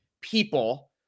people